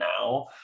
now